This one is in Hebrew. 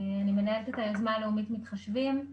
אני מנהלת את היוזמה הלאומית "מתחשבים".